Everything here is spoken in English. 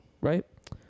Right